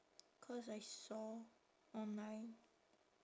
cause I saw online